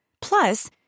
Plus